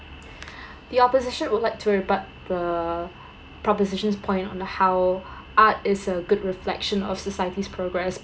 the opposition would like to rebut the proposition's point on how art is a good reflection of society's progress